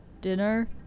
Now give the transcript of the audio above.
dinner